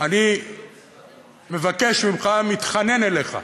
אני מבקש ממך, מתחנן אליך,